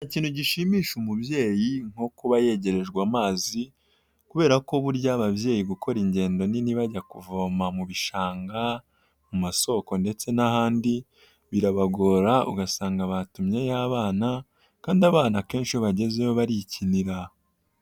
Ikintu gishimisha umubyeyi nko kuba yegerejwe amazi kubera ko burya ababyeyi gukora ingendo nini bajya kuvoma mu bishanga mu masoko ndetse n'ahandi birabagora ugasanga batumyeyo abana kandi abana akenshi iyo bagezeyo barikinira.